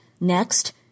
Next